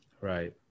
Right